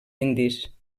indis